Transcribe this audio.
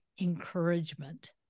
encouragement